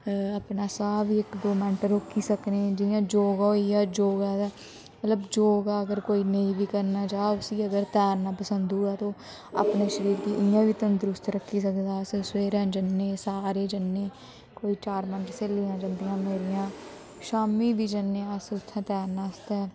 अपना साह् बी इक दो मैंट्ट रोकी सकने जियां योगा होई गेआ योगा दा मतलब योगा अगर कोई नेईं बी करना चाह् उसी अगर तैरना पंसद होऐ तां ओह् अपने शरीर गी इ'यां बी तंदरुस्त रक्खी सकदा अस सवेरे जन्ने सारे जन्ने कोई चार पंज स्हेलियां जंदियां मेरियां शामी बी जन्ने अस उत्थैं तैरने आस्तै